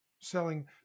selling